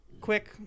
quick